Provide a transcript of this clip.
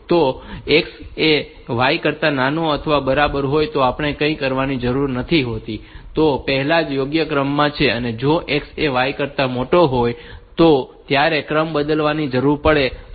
તેથી જો x એ y કરતા નાનો અથવા બરાબર હોય તો આપણે કંઈ કરવાની જરૂર નથી હોતી તેઓ પહેલેથી જ યોગ્ય ક્રમમાં હોય છે અને જો x એ y કરતા મોટો હોય તો તમારે ક્રમ બદલવાની જરૂર પડે છે